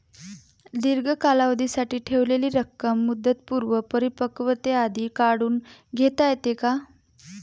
दीर्घ कालावधीसाठी ठेवलेली रक्कम मुदतपूर्व परिपक्वतेआधी काढून घेता येते का?